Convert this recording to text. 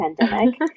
pandemic